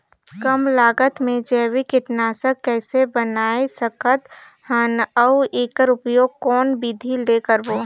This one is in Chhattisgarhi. कम लागत मे जैविक कीटनाशक कइसे बनाय सकत हन अउ एकर उपयोग कौन विधि ले करबो?